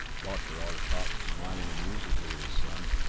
dr. arcot was smiling amusedly at his son.